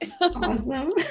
Awesome